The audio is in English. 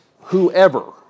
whoever